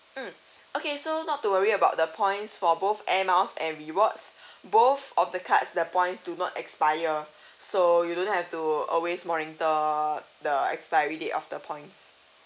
mm okay so not to worry about the points for both air miles and rewards both of the cards the points do not expire so you don't have to always monitor the expiry date of the points